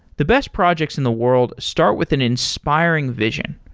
the best projects in the world start with an inspiring vision,